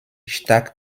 stark